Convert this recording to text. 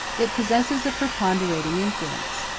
it possesses a preponderating influence.